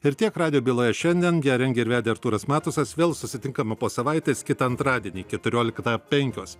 ir tiek radijo byloje šiandien ją rengė ir vedė artūras matusas vėl susitinkame po savaitės kitą antradienį keturioliktą penkios